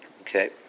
Okay